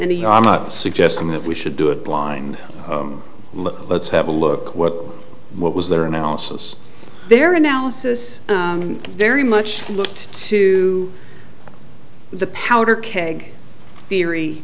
any i'm not suggesting that we should do it blind let's have a look at what what was their analysis their analysis very much looked to the powder keg theory